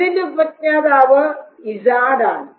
ഇതിൻറെ ഉപജ്ഞാതാവ് ഇസാഡ് ആണ്